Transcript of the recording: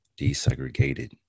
desegregated